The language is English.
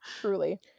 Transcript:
Truly